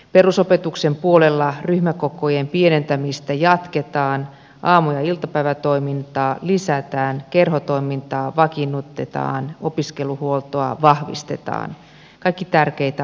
perusopetuksen puolella ryhmäkokojen pienentämistä jatketaan aamu ja iltapäivätoimintaa lisätään kerhotoimintaa vakiinnutetaan opiskeluhuoltoa vahvistetaan kaikki tärkeitä asioita